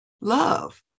love